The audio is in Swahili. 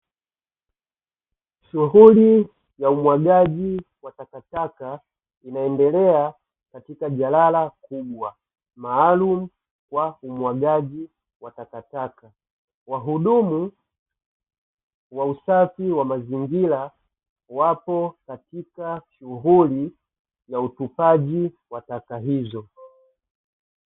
Shughuli ya umwagaji wa takataka unaendelea katika jalala kubwa maalumu kwa umwagaji wa takataka. Wahudumu wa usafi wa mazingira wapo katika shughuli za utupaji wa taka hizo.